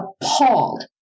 appalled